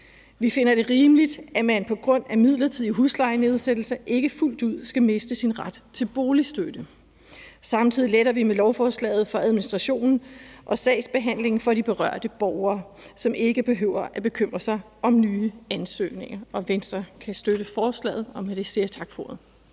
Vi finder det rimeligt, at man på grund af midlertidige huslejenedsættelser ikke fuldt ud skal miste sin ret til boligstøtte. Samtidig letter vi med lovforslaget for administrationen og sagsbehandlingen for de berørte borgere, som ikke behøver at bekymre sig om nye ansøgninger. Venstre kan støtte forslaget,